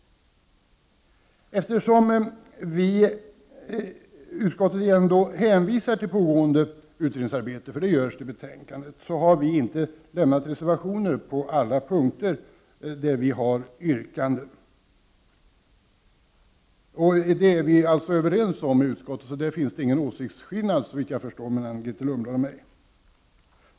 Eftersom utskottet i betänkandet hänvisar till pågående utredningsarbete, har vi från folkpartiet inte reserverat oss på alla de punkter där vi har yrkan den. Det är vi överens om inom utskottet. Såvitt jag förstår finns det inga åsiktsskillnader i det fallet mellan Grethe Lundblad och mig.